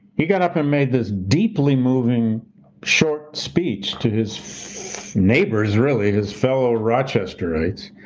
he got up and made this deeply moving short speech to his neighbors really, his fellow rochesterites,